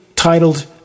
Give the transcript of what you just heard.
titled